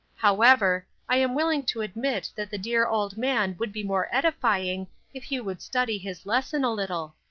however, i am willing to admit that the dear old man would be more edifying if he would study his lesson a little.